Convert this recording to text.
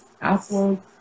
Apple